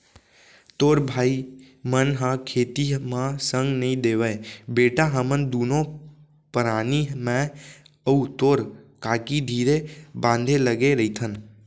तोर भाई मन ह खेती म संग नइ देवयँ बेटा हमन दुनों परानी मैं अउ तोर काकी धीरे बांधे लगे रइथन